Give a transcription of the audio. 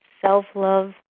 self-love